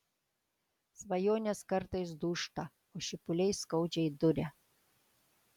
svajonės kartais dūžta o šipuliai skaudžiai duria